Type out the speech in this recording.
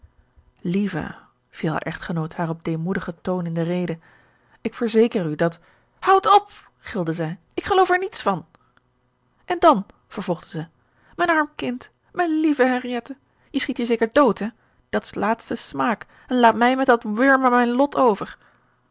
lieve viel haar echtgenoot haar op demoedigen toon in de rede ik verzeker u dat houd op glide zij ik geloof er niets van en dan vervolgde zij mijn arm kind mijne lieve henriëtte je schiet je zeker dood hè dat is laatste smaak en laat mij met dat wurm aan mijn lot over